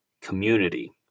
community